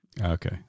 Okay